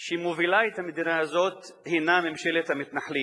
שמובילה את המדינה הזאת, הינה ממשלת המתנחלים.